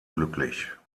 glücklich